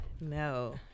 No